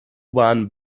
bahn